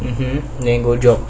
mmhmm then go job